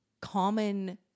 common